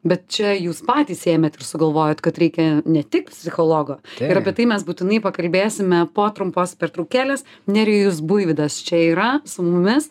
bet čia jūs patys ėmėt ir sugalvojot kad reikia ne tik psichologo ir apie tai mes būtinai pakalbėsime po trumpos pertraukėlės nerijus buivydas čia yra su mumis